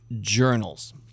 journals